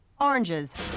oranges